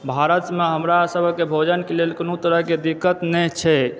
भारतमे हमरा सबहक भोजनके लेल कोनो तरहके दिक्कत नहि छै